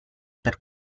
per